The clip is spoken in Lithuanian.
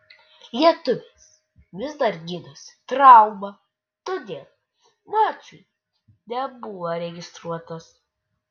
lietuvis vis dar gydosi traumą todėl mačui nebuvo registruotas